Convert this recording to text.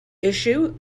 issue